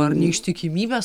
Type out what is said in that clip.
ar neištikimybės